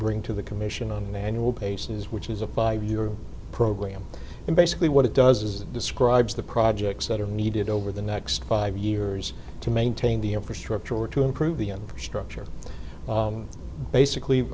bring to the commission on the annual basis which is a five year program and basically what it does is it describes the projects that are needed over the next five years to maintain the infrastructure or to improve the infrastructure basically